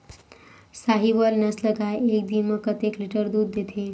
साहीवल नस्ल गाय एक दिन म कतेक लीटर दूध देथे?